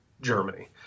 Germany